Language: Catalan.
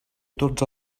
tots